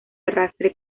arrastre